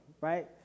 right